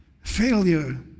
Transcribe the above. Failure